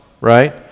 right